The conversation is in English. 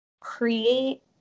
create